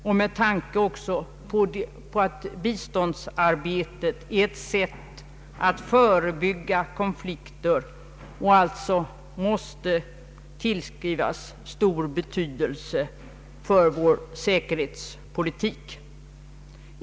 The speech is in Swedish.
Vi bör också komma ihåg att biståndsarbetet är ett sätt att förebygga konflikter och att det alltså måste tillskrivas stor betydelse för vår säkerhetspolitik.